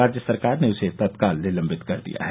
राज्य सरकार ने उसे तत्काल निलंबित कर दिया है